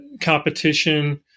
competition